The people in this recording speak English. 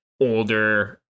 older